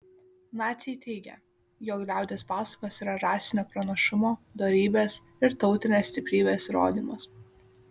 naciai teigė jog liaudies pasakos yra rasinio pranašumo dorybės ir tautinės stiprybės įrodymas